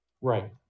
right